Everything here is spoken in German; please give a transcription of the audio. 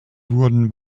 wurden